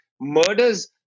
murders